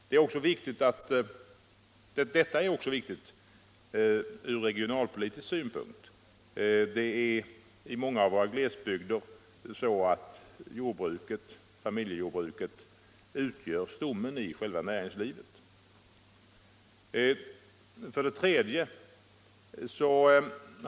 Det är viktigt också ur regionalpolitisk synpunkt, eftersom i många av våra glesbygder familjejordbruket utgör stommen i själva näringslivet.